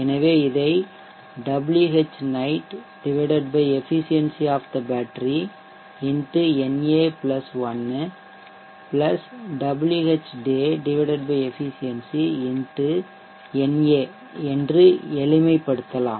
எனவே இதை Whnight efficiency of the battery X na 1 Whday efficiencyX na என எளிமைப்படுத்தலாம்